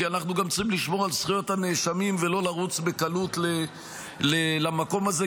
כי אנחנו גם צריכים לשמור על זכויות הנאשמים ולא לרוץ בקלות למקום הזה,